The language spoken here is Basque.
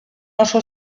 oso